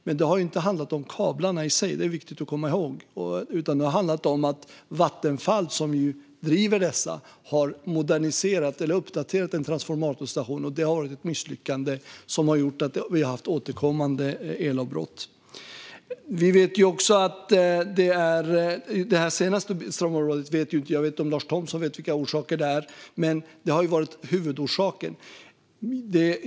Men det har inte handlat om kablarna i sig, vilket är viktigt att komma ihåg, utan det har handlat om att Vattenfall, som ju driver dessa, har uppdaterat en transformatorstation. Det har varit ett misslyckande som har gjort att vi har haft återkommande elavbrott. Jag vet inte och jag vet inte heller om Lars Thomsson vet vilka orsakerna är till det senaste strömavbrottet, men uppdateringen har varit huvudorsaken.